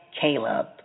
Caleb